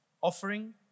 offering